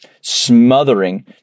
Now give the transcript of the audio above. smothering